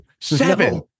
seven